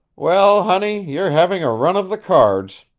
well, honey, you're having a run of the cards,